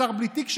השר בלי תיק שלו,